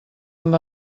amb